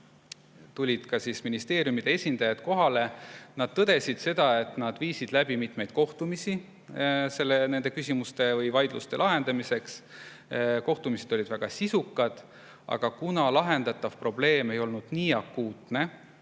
tulid ka ministeeriumide esindajad kohale. Nad tõdesid, et nad olid viinud läbi mitmeid kohtumisi nende küsimuste või vaidluste lahendamiseks. Kohtumised olid olnud väga sisukad, aga kuna lahendatav probleem ei olnud nii akuutne